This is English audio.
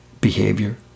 behavior